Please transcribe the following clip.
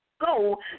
go